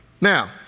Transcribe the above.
Now